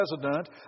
president